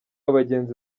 abagenzi